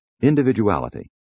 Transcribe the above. individuality